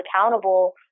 accountable